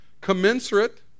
commensurate